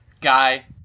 Guy